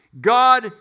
God